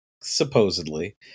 supposedly